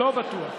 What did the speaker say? לא בטוח.